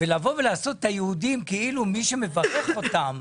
לבוא ולעשות את היהודים כאילו מי שמברך אותם,